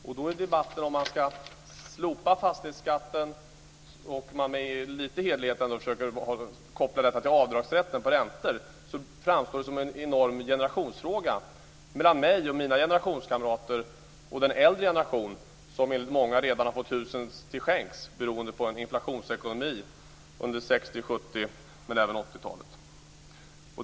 Då framstår debatten om att fastighetsskatten ska slopas - och med lite hederlighet koppla detta till avdragsrätt på räntor - som en enorm generationsfråga mellan mig och mina generationskamrater och den äldre generation där många redan har fått husen till skänks beroende på en inflationsekonomi under 60-, 70 och även 80-talen.